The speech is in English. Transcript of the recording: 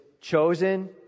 chosen